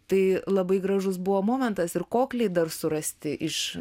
tai labai gražus buvo momentas ir kokliai dar surasti iš